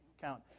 count